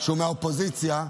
שהוא מהאופוזיציה,